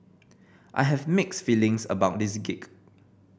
I have mixed feelings about this gig